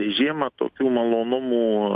žiemą tokių malonumų